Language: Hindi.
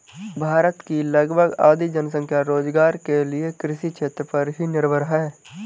भारत की लगभग आधी जनसंख्या रोज़गार के लिये कृषि क्षेत्र पर ही निर्भर है